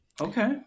Okay